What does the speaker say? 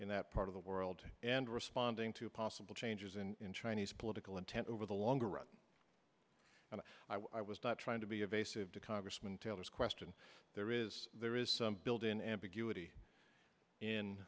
in that part of the world and responding to possible changes in chinese political intent over the longer run and i was not trying to be evasive to congressman taylor's question there is there is some built in ambiguity in